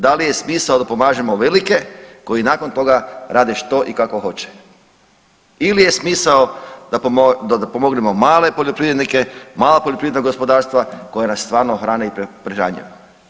Da li je smisao da pomažemo velike koji nakon toga rade što i kako hoće ili je smisao da pomognemo male poljoprivrednike, mala poljoprivredna gospodarstva koja nas stvarno hrane i prehranjuju.